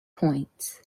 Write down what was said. points